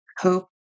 hope